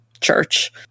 church